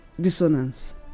dissonance